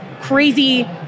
crazy